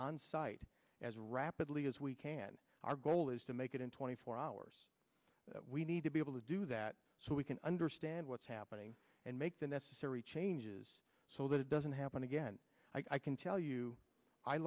onsite as rapidly as we can our goal is to make it in twenty four hours that we need to be able to do that so we can understand what's happening and make the necessary changes so that it doesn't happen again i can tell you i